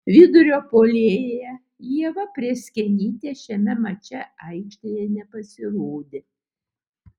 vidurio puolėja ieva prėskienytė šiame mače aikštėje nepasirodė